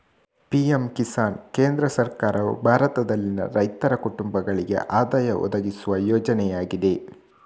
PM Kisan ಕೇಂದ್ರ ಸರ್ಕಾರವು ಭಾರತದಲ್ಲಿನ ರೈತರ ಕುಟುಂಬಗಳಿಗೆ ಆದಾಯ ಒದಗಿಸುವ ಯೋಜನೆಯಾಗಿದೆ